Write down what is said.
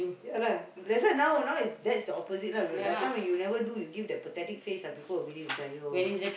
ya lah that's why now now that's the opposite lah that time you never do you give that pathetic face ah people will believe say !aiyo!